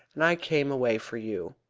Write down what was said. and i came away for you.